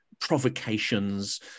provocations